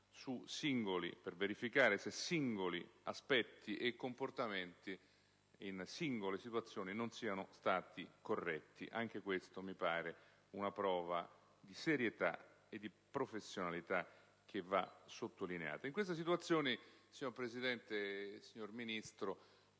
puntuale per verificare se singoli aspetti e comportamenti in singole situazioni non siano stati corretti. Anche questa mi pare una prova di serietà e di professionalità che va sottolineata. In questa situazione, signor Presidente, signor Ministro,